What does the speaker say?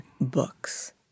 books